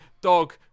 dog